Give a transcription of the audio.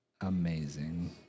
amazing